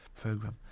program